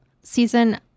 season